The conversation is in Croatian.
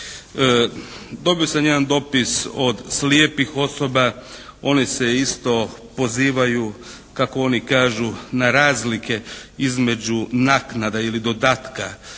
Dobio sam jedan dopis od slijepih osoba. One se isto pozivaju kako oni kažu na razlike između naknada ili dodatka